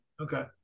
Okay